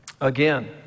Again